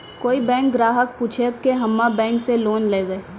कोई बैंक ग्राहक पुछेब की हम्मे बैंक से लोन लेबऽ?